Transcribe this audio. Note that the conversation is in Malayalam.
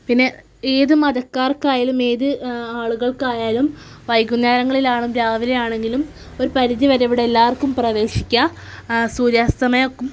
പിന്നെ ഏത് മതക്കാര്ക്ക് ആയാലും ഏത് ആളുകള്ക്ക് ആയാലും വൈകുന്നെരങ്ങളിലും രാവിലെ ആണെങ്കിലും ഒരു പരിധി വരെ ഇവിടെ എല്ലാവര്ക്കും പ്രവേശിക്കാം സൂര്യാസ്തമയം